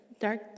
dark